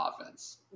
offense